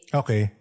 okay